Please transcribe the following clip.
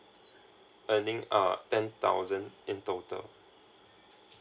I think uh ten thousand in total